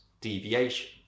deviation